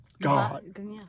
God